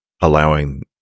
allowing